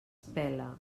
pela